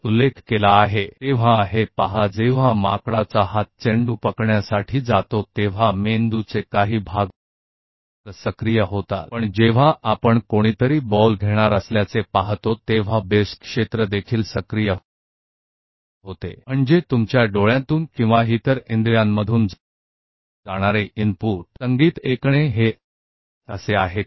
तो यह देखो जब बंदर का यह हाथ गेंद को पकड़ने के लिए जाता है तो मस्तिष्क के कुछ क्षेत्र सक्रिय होते हैं लेकिन बेस एरिया भी सक्रिय हो जाते हैं जब देखते हैं कि कोई गेंद लेने के लिए जा रहा है इसका मतलब है जो इनपुट आपकी आंखों या अन्य इंद्रियों से होकर गुजरता है उदाहरण के तौर पर संगीत को संगीत के लिए सुनें